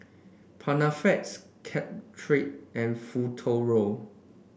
Panaflex Caltrate and Futuro